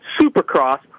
Supercross